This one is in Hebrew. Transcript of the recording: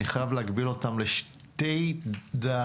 אני חייב להגביל אותם לשתי דקות.